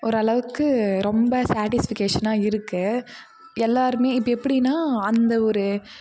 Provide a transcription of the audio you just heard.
ஓரளவுக்கு ரொம்ப சேட்டிஸ்ஃபிகேஷனாக இருக்கு எல்லாருமே இப்போ எப்படின்னா அந்த ஒரு